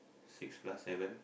six plus seven